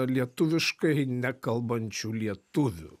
lietuviškai nekalbančių lietuvių